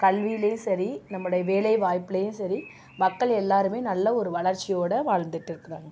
கல்விலேயும் சரி நம்முடைய வேலைவாய்ப்புலேயும் சரி மக்கள் எல்லோருமே நல்ல ஒரு வளர்ச்சியோடு வாழ்ந்துட்டு இருக்கிறாங்க